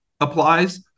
applies